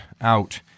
out